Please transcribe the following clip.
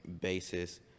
basis